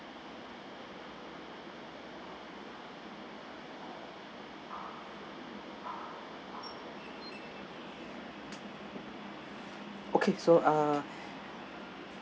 okay so uh